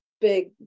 big